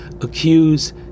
accuse